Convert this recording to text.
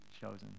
chosen